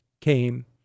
came